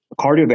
Cardiovascular